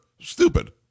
stupid